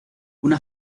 una